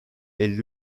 elli